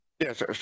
yes